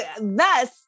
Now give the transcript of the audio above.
thus